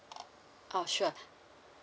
oh sure